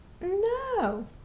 No